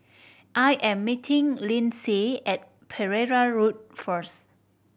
I am meeting Lynsey at Pereira Road first